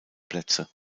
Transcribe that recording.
plätze